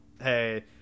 Hey